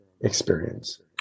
experience